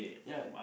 ya